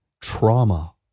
trauma